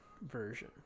version